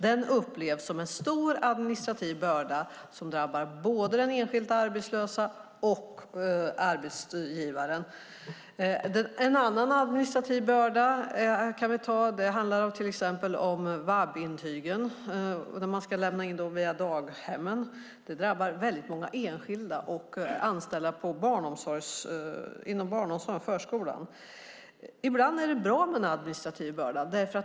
Den upplevs som en stor administrativ börda både för den enskilde arbetslösa och för arbetsgivaren. En annan administrativ börda är till exempel VAB-intygen som ska lämnas in via daghemmen. Det drabbar väldigt många enskilda och anställda inom barnomsorgen och förskolan. Ibland är det bra med en administrativ börda.